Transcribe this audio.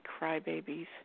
crybabies